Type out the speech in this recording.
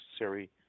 necessary